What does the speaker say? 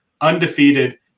undefeated